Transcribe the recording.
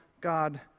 God